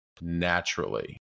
naturally